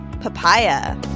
Papaya